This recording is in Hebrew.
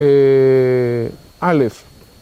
אהה, אלף.